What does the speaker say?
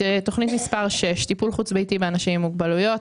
תוכנית מס' 6 היא טיפול חוץ-ביתי באנשים עם מוגבלויות,